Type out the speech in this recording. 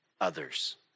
others